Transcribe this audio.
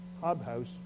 Hobhouse